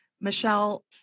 Michelle